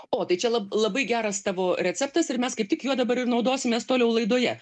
o tai čia lab labai geras tavo receptas ir mes kaip tik juo dabar ir naudosimės toliau laidoje